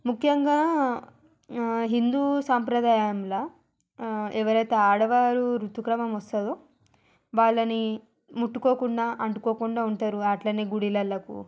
ముఖ్యంగా హిందూ సంప్రదాయంలో ఎవరయితే ఆడవారు ఋతుక్రమం వస్తుందో వాళ్ళని ముట్టుకోకుండా అంటుకోకుండా ఉంటారు అలానే గుళ్ళకు